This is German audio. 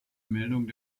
meldung